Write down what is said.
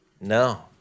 No